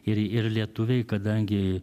ir ir lietuviai kadangi